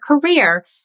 career